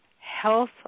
Health